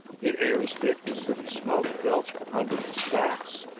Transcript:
the air is thick with sooty smoke belched from hundreds of stacks,